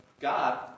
God